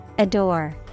Adore